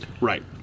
Right